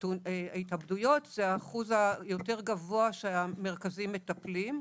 ההתאבדויות זה האחוז היותר גבוה שהמרכזים מטפלים,